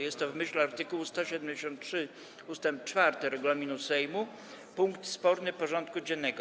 Jest to, w myśl art. 173 ust. 4 regulaminu Sejmu, punkt sporny porządku dziennego.